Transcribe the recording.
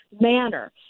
manner